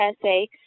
essay